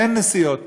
אין נסיעות פה.